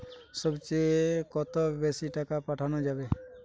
সব চেয়ে কত বেশি টাকা পাঠানো যাবে?